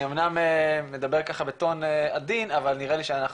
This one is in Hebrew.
אני אמנם מדבר ככה בטון עדין אבל נראה לי שאנחנו